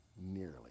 nearly